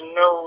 no